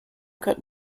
cut